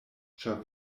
ĉar